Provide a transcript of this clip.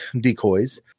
decoys